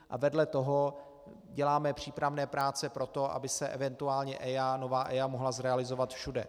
A vedle toho děláme přípravné práce pro to, aby se eventuálně nová EIA mohla zrealizovat všude.